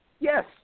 Yes